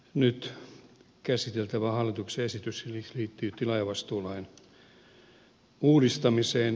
nyt käsiteltävä hallituksen esitys liittyy tilaajavastuulain uudistamiseen